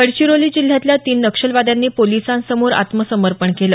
गडचिरोली जिल्ह्यातल्या तीन नक्षलवाद्यांनी पोलिसांसमोर आत्मसमर्पण केलं